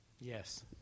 Yes